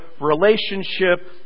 relationship